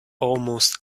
almost